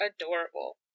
adorable